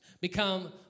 become